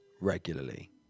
regularly